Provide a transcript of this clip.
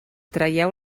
traieu